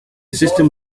system